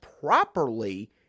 properly